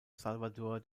salvador